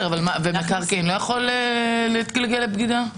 מקרקעין לא יכול להתגלגל לבגידה?